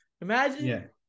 Imagine